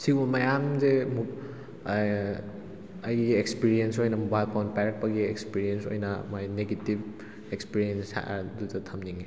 ꯁꯤꯒꯨꯝꯕ ꯃꯌꯥꯝꯁꯦ ꯑꯃꯨꯛ ꯑꯩꯒꯤ ꯑꯦꯛꯁꯄꯤꯔꯦꯟꯁ ꯑꯣꯏꯅ ꯃꯣꯕꯥꯏꯜ ꯐꯣꯟ ꯄꯥꯏꯔꯛꯄꯒꯤ ꯑꯦꯛꯁꯄꯤꯔꯦꯟꯁ ꯑꯣꯏꯅ ꯃꯥꯏ ꯅꯦꯒꯦꯇꯤꯕ ꯑꯦꯛꯁꯄꯤꯔꯦꯟꯁ ꯍꯥꯏꯔ ꯑꯗꯨꯗꯣ ꯊꯝꯅꯤꯡꯉꯤ